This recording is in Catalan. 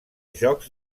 jocs